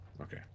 Okay